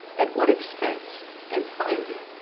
at what expense and finding,